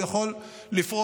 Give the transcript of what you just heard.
הוא יכול להפריע.